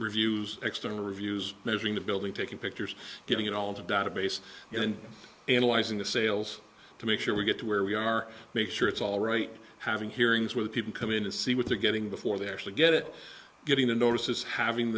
reviews external reviews measuring the building taking pictures getting it all to database and then analyzing the sales to make sure we get to where we are make sure it's all right having hearings where people come in to see what they're getting before they actually get it getting the notices having